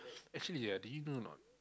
actually ah do you know or not